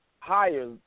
Higher